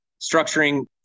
structuring